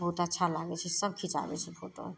बहुत अच्छा लागै छै सभ खिचाबै छै फोटो